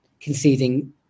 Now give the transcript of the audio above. conceding